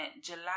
July